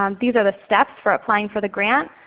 um these are the steps for applying for the grant.